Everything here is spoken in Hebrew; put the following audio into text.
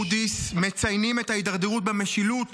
מודי'ס מציינים את ההידרדרות במשילות